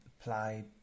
apply